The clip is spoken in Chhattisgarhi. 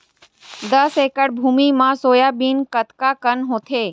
दस एकड़ भुमि म सोयाबीन कतका कन होथे?